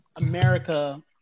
America